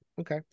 Okay